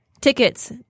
tickets